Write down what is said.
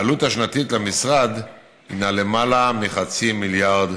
העלות השנתית למשרד היא למעלה מחצי מיליארד